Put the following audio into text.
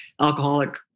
alcoholic